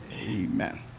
amen